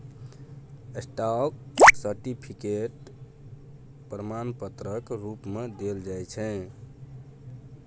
stock certificate प्रमाण पत्रक रुप मे देल जाइ छै